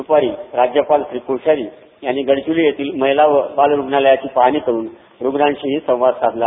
दुपारी राज्यपाल कोश्यारी यांनी गडचिरोली येथील महिला आणि ल रुग्णालयाची पाहणी करुन रुग्णाशीही संवाद साधला